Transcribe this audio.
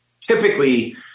typically